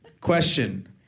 question